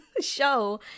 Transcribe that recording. show